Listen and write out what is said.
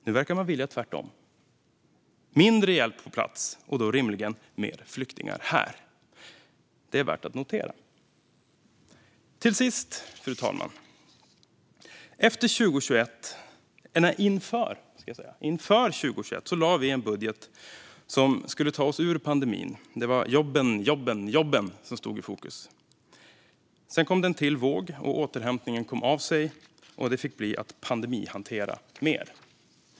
Nu verkar man vilja tvärtom - mindre hjälp på plats, och då rimligen mer flyktingar här. Det är värt att notera. Fru talman! Inför 2021 lade vi en budget som skulle ta Sverige ur pandemin. Det var jobben, jobben och åter jobben som stod i fokus. Sedan kom det en till våg. Återhämtningen kom av sig, och det fick bli att pandemihantera mer.